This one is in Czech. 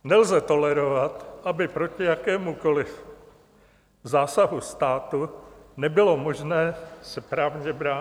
Nelze tolerovat, aby proti jakémukoliv zásahu státu nebylo možné se právně bránit.